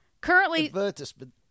Currently